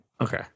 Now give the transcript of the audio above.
Okay